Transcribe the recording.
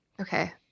Okay